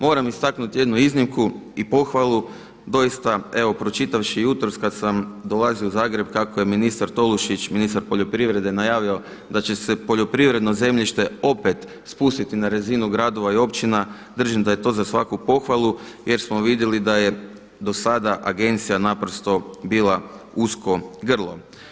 Moram istaknuti jednu iznimku i pohvalu doista evo pročitavši jutros kada sam dolazio u Zagreb kako je ministar Tolušić, ministar poljoprivrede najavio da će se poljoprivredno zemljište opet spustiti na razinu gradova i općina, držim da je to za svaku pohvalu jer smo vidjeli da je do sada Agencija naprosto bila usko grlo.